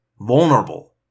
Vulnerable